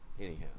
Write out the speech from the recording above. Anyhow